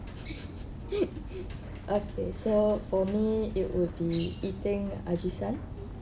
okay so for me it would be eating Ajisen